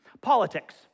Politics